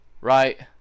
Right